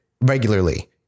regularly